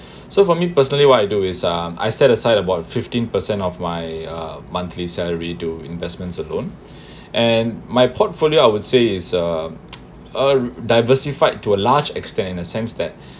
so for me personally what I do is um I set aside about fifteen percent of my uh monthly salary to investments alone and my portfolio I would say is uh uh diversified to a large extent in a sense that